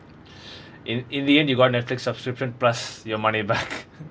in in the end you got netflix subscription plus your money back